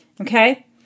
Okay